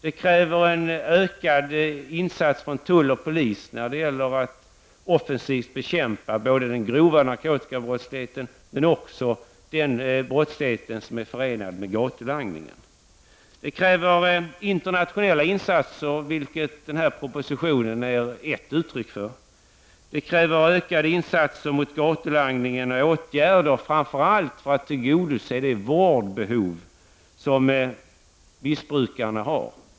Vidare krävs ökade insatser från tull och polis när det gäller att offensivt bekämpa både den grova narkotikabrottsligheten och den brottslighet som är förenad med gatulangning. Det krävs internationella insatser, vilket den här propositionen är ett uttryck för. Framför allt krävs det insatser för att tillgodose det vårdbehov som missbrukarna har.